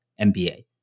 NBA